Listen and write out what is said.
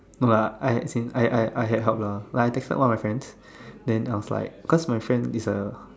but I I as in I I I I had help lah like I texted one of my friend then was like because my friend is a